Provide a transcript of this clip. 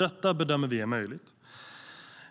Vi bedömer att det är möjligt